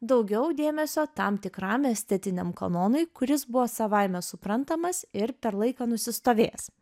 daugiau dėmesio tam tikram estetiniam kanonui kuris buvo savaime suprantamas ir per laiką nusistovėjęs